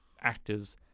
actors